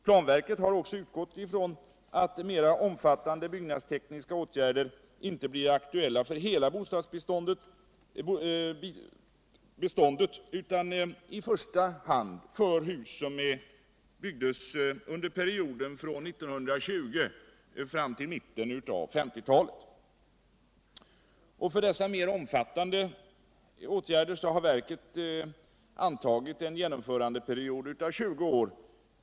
Planverket har också utgålt ifrån att de mera omfattande byggnadstekniska åtgärderna inte blir aktuella för hela bostadsbeståndet utan i första hand för hus som byggdes under perioden från 1920 ull mitten av 1950-talet. Och för dessa mer omfattande ätgärder har verket antagit en genomförandeperiod på 20 år.